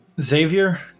Xavier